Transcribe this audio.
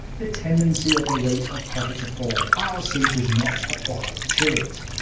the tendency of the rate of profit to fall fallacy does not apply to it.